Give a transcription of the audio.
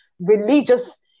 religious